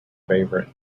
favorite